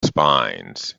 spines